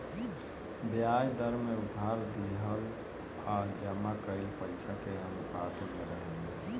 ब्याज दर में उधार दिहल आ जमा कईल पइसा के अनुपात में रहेला